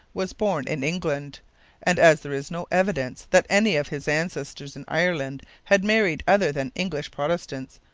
was born in england and, as there is no evidence that any of his ancestors in ireland had married other than english protestants,